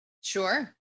Sure